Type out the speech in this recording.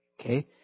Okay